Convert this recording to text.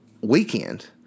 weekend